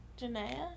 Janae